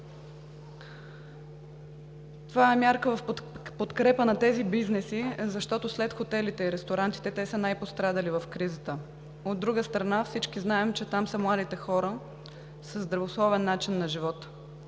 Това е мярка в подкрепа на тези бизнеси, защото след хотелите и ресторантите те са най-пострадали от кризата. От друга страна, знаем, че там са младите хора със здравословен начин на живот.